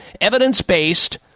evidence-based